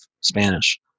Spanish